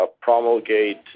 promulgate